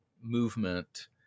movement